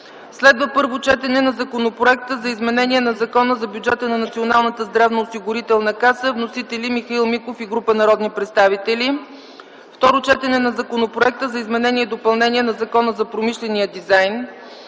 7. Първо четене на Законопроекта за изменение на Закона за бюджета на Националната здравноосигурителна каса за 2010 г. Вносители - Михаил Миков и група народни представители. 8. Второ четене на Законопроекта за изменение и допълнение на Закона за промишления дизайн.